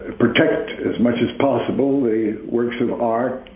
protect as much as possible the works of art,